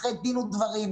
אחרי דין ודברים,